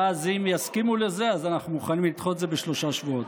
ואם יסכימו לזה אז אנחנו מוכנים לדחות את זה בשלושה שבועות.